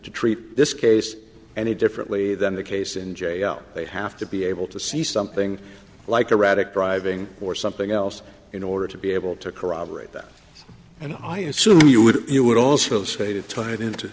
to treat this case any differently than the case in j l they have to be able to see something like erratic driving or something else in order to be able to corroborate that and i assume you would you would also say to tie it into